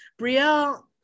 Brielle